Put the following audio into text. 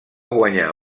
guanyar